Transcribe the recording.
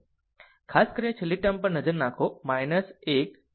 ખાસ કરીને છેલ્લી ટર્મ પર નજર નાખો 1 થી 1 n સુધી